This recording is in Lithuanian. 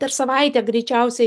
per savaitę greičiausiai